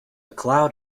cloud